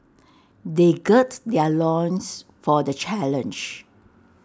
they gird their loins for the challenge